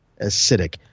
Acidic